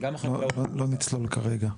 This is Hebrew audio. לא נצלול כרגע.